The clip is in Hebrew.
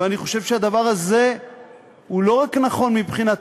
ואני חושב שהדבר הזה הוא לא רק נכון מבחינת